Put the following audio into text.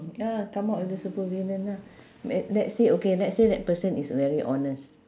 ya come out with a super villain lah l~ let's okay let's say that person is very honest